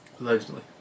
Allegedly